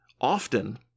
often